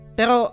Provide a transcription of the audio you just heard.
Pero